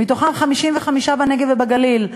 55 מהם בנגב ובגליל,